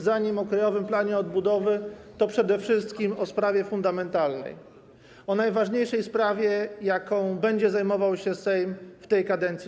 Zanim o Krajowym Planie Odbudowy, to przede wszystkim o sprawie fundamentalnej, o najważniejszej sprawie, jaką będzie zajmował się Sejm w tej kadencji.